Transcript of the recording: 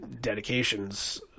dedications